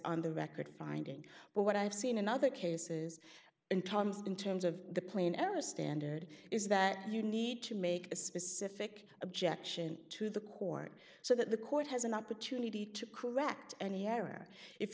on the record finding but what i've seen in other cases in tom's in terms of the plain error standard is that you need to make a specific objection to the court so that the court has an opportunity to correct any er